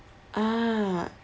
ah